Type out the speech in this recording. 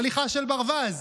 הליכה של ברווז.